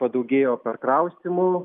padaugėjo perkraustymų